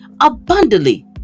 abundantly